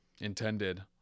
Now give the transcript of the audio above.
intended